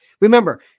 Remember